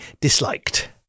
disliked